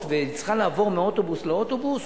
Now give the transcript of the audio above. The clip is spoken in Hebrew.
וצריכה לעבור מאוטובוס לאוטובוס,